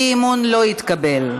האי-אמון לא התקבל.